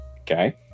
okay